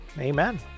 Amen